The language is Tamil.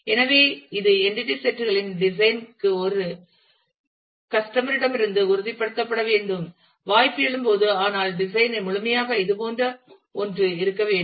எனவே இது என்டிடி செட் களின் டிசைன் ற்கு ஒரு இது கஸ்டமர் ரிடமிருந்து உறுதிப்படுத்தப்பட வேண்டும் வாய்ப்பு எழும்போது ஆனால் டிசைன் ஐ முழுமையாக்க இதுபோன்ற ஒன்று இருக்க வேண்டும்